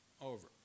over